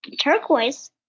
Turquoise